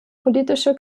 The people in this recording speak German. politische